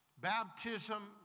baptism